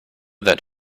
that